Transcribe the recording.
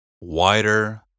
wider